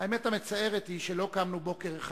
האמת המצערת היא שלא קמנו בוקר אחד